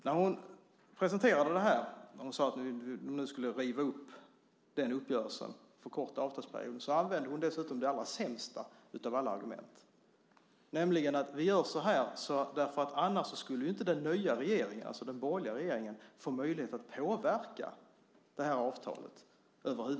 När hon presenterade detta och sade att man skulle riva upp uppgörelsen och förkorta avtalsperioden använde hon det allra sämsta av argument, nämligen att man gjorde så eftersom den nya borgerliga regeringen annars inte skulle få möjlighet att påverka avtalet.